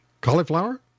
Cauliflower